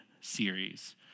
series